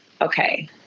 okay